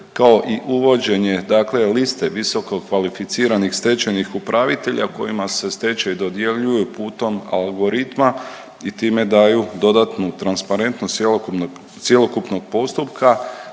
kao i uvođenje dakle liste visokokvalificiranih stečajnih upravitelja kojima se stečaji dodjeljuju putom algoritma i time daju dodatnu transparentnost cjelokupnog postupka,